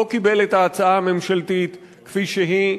לא קיבל את ההצעה הממשלתית כפי שהיא,